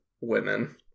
women